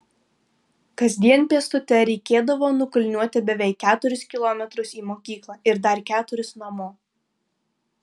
kasdien pėstute reikėdavo nukulniuoti beveik keturis kilometrus į mokyklą ir dar keturis namo